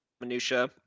minutia